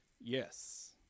Yes